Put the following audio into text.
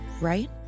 right